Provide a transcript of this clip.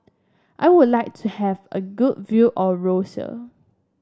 I would like to have a good view of Roseau